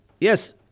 Yes